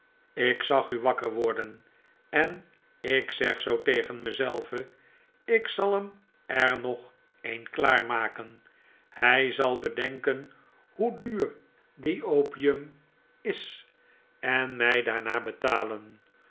ik zag u wakker worden en ik zeg zoo tegen me zelve ik zal em er nog een klaar maken hjj zal bedenken hoe duur die opium is en my daar naar betalen